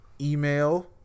Email